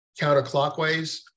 counterclockwise